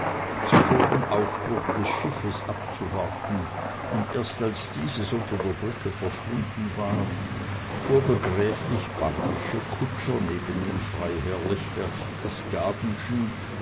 zuvor den aufbruch des schiffes abzuwarten und erst als dieses unter der brücke verschwunden war fuhr der gräflich barbysche kutscher neben den